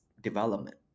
development